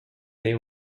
they